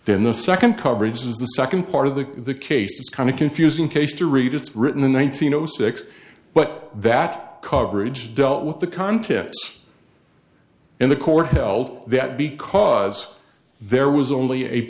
then the second coverages the second part of the case kind of confusing case to read it's written in one thousand zero six but that coverage dealt with the contents and the court held that because there was only a